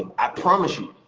i promise you.